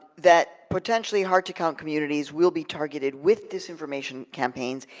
that potentially hard to count communities will be targeted with these information campaigns,